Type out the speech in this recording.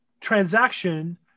transaction